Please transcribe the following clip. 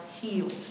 healed